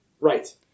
Right